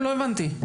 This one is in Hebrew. לא הבנתי.